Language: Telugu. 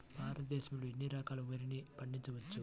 భారతదేశంలో ఎన్ని రకాల వరిని పండించవచ్చు